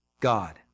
God